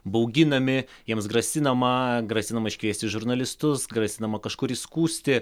bauginami jiems grasinama grasinama iškviesti žurnalistus grasinama kažkur įskųsti